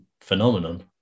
phenomenon